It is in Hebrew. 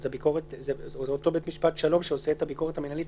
זה אותו בית משפט השלום שעושה את הביקורת המינהלית.